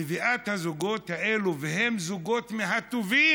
מביאה את הזוגות האלה, והם מהטובים